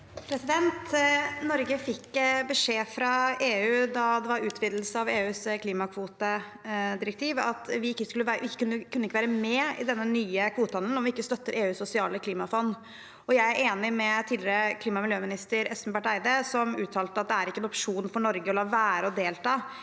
Norge fikk beskjed fra EU da det var utvidelse av EUs klimakvotedirektiv, om at vi ikke kunne være med i den nye kvotehandelen om vi ikke støttet EUs sosiale klimafond. Jeg er enig med tidligere klima- og miljøminister Espen Barth Eide, som har uttalt at det ikke er en opsjon for Norge å la være å delta